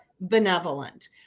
benevolent